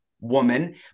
woman